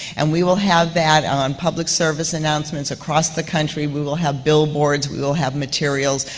and we will have that um public service announcement across the country. we will have billboards, we will have materials.